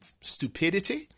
stupidity